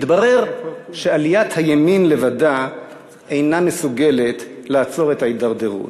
התברר שעליית הימין לבדה אינה מסוגלת לעצור את ההידרדרות,